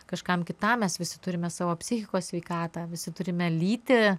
kažkam kitam mes visi turime savo psichikos sveikatą visi turime lytį